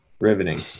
Riveting